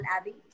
Abby